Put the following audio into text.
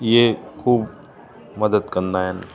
ईअं ख़ूब मदद कंदा आहिनि